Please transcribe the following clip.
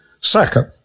Second